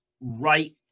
right